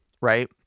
right